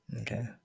Okay